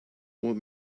what